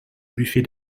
buffet